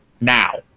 now